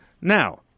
Now